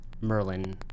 Merlin